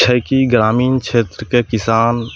छै कि ग्रामीण छेत्रके किसान